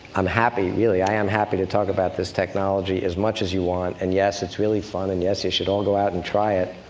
i'm happy, really, i am happy to talk about this technology as much as you want. and yes, it's really fun, and yes, you should all go out and try it.